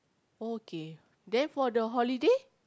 okay then for the holiday